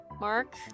Mark